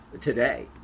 today